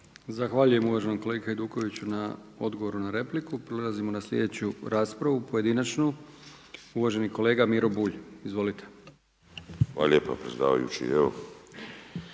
Zahvaljujem uvaženom kolegi Hajdukoviću na odgovoru na repliku. Prelazimo na sljedeću raspravu pojedinačnu. Uvaženi kolega Miro Bulj. Izvolite. **Bulj, Miro